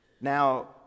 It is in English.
Now